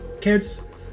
Kids